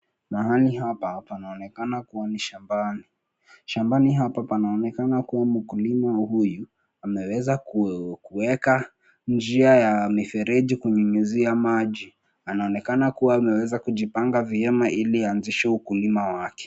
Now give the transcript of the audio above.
Mahali hapa panaonekana kuwa ni shambani. Shambani hapa panaonekana kuwa mkulima huyu, ameweza kuweka njia ya mifereji kunyunyuzia maji. Anaonekana kuwa ameweza kujipanga vya ili aanzishe ukulima wake.